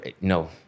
no